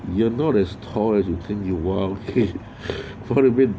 you are not as tall as you think you while head for a bit